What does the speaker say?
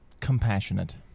compassionate